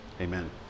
amen